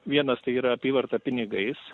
vienas tai yra apyvarta pinigais